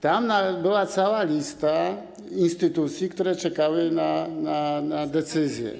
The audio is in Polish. Tam była cała lista instytucji, które czekały na decyzję.